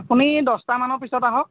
আপুনি দহটামানৰ পিছত আহক